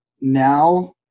now